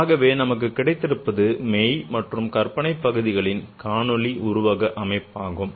ஆகவே நமக்கு கிடைத்திருப்பது மெய் மற்றும் கற்பனை பகுதிகளின் காணொளி உருவக அமைப்பாகும்